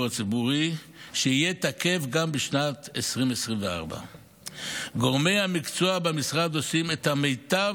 הציבורי שיהיה תקף גם בשנת 2024. גורמי המקצוע במשרד עושים את המיטב